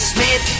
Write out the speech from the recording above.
Smith